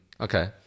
okay